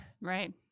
Right